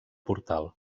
portal